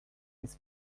his